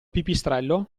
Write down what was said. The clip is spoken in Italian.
pipistrello